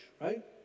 right